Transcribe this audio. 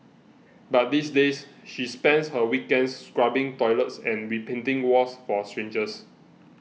but these days she spends her weekends scrubbing toilets and repainting walls for strangers